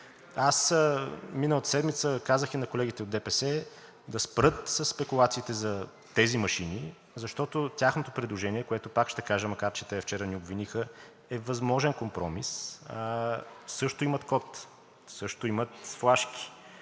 Миналата седмица казах и на колегите от ДПС да спрат със спекулациите за тези машини, защото тяхното предложение, което, пак ще кажа, макар че те вчера ни обвиниха, е възможен компромис, също имат код, също имат флашки.